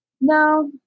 No